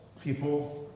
people